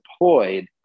deployed